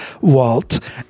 Walt